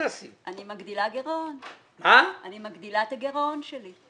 אני מגדילה את הגירעון שלי.